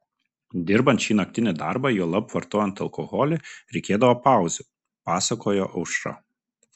dirbant šį naktinį darbą juolab vartojant alkoholį reikėdavo pauzių pasakojo aušra